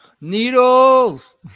needles